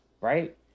right